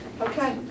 Okay